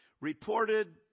reported